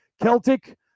Celtic